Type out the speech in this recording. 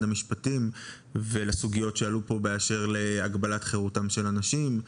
המשפטים ולסוגיות שעלו פה באשר להגבלת חירותם של אנשים.